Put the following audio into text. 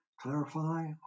clarify